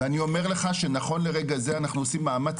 ואני אומר לך שנכון לרגע זה אנחנו עושים מאמץ